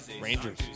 Rangers